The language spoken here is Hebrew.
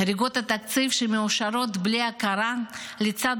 חריגות התקציב שמאושרות בלי הכרה לצד